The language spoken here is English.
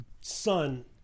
son